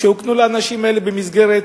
שהוקנו לאנשים האלה במסגרת